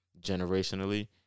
generationally